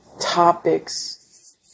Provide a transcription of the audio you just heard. topics